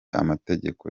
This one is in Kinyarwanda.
amategeko